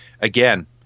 again